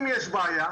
אם יש בעיה,